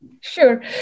Sure